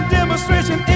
demonstration